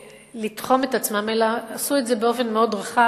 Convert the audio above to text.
מלתחום את עצמן אלא עשו את זה באופן מאוד רחב,